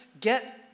get